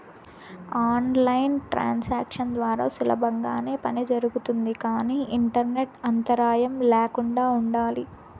on line transactions ద్వారా సులభంగానే పని జరుగుతుంది కానీ ఇంటర్నెట్ అంతరాయం ల్యాకుండా ఉండాలి